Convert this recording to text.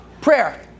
prayer